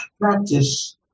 practice